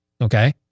Okay